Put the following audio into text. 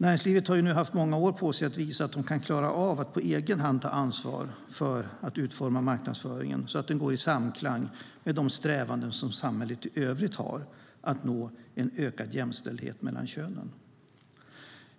Näringslivet har nu haft många år på sig att visa om de klarar av att på egen hand ta ansvar för att utforma marknadsföringen så att den går i samklang med de strävanden samhället i övrigt har att nå en ökad jämställdhet mellan könen.